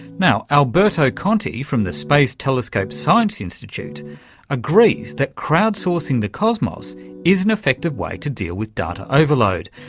now, alberto conti from the space telescope science institute agrees that crowd-sourcing the cosmos is an effective way to deal with data overload.